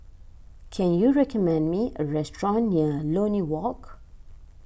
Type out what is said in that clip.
can you recommend me a restaurant near Lornie Walk